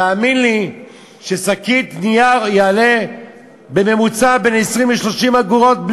תאמין לי ששקית נייר תעלה בממוצע בין 20 ל-30 אגורות,